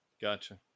gotcha